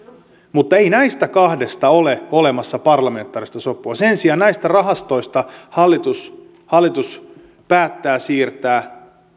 mutta ei näistä kahdesta ole olemassa parlamentaarista sopua sen sijaan näistä rahastoista hallitus hallitus päättää siirtää